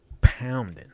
pounding